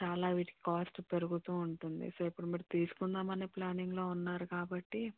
చాలా వీటి కాస్ట్ పెరుగుతు ఉంటుంది సో ఇప్పుడు మీరు తీసుకుందాం అనే ప్లానింగ్లో ఉన్నారు కాబట్టి